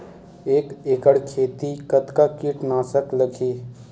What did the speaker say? एक एकड़ खेती कतका किट नाशक लगही?